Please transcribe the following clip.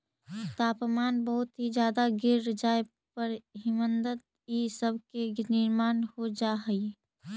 तापमान बहुत ही ज्यादा गिर जाए पर हिमनद इ सब के निर्माण हो जा हई